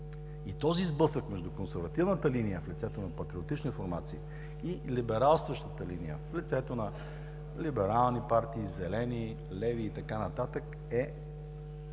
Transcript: И този сблъсък между консервативната линия – в лицето на патриотични формации, и либералстващата линия – в лицето на либерални партии, зелени, леви и така нататък, е